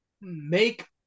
make